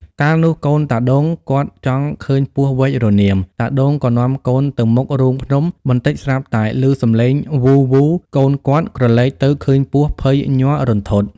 កាលនោះកូនតាដូង គាត់ចង់ឃើញពស់វែករនាម តាដូងក៏នាំកូនទៅមុខរូងភ្នំ បន្តិចស្រាប់តែឮសំឡេងវូរៗ កូនគាត់ក្រឡេកទៅឃើញពស់ ភ័យញ័ររន្ធត់។